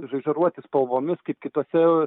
žaižaruoti spalvomis kaip kitose